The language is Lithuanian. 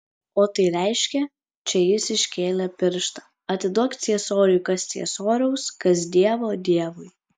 o tai reiškia čia jis iškėlė pirštą atiduok ciesoriui kas ciesoriaus kas dievo dievui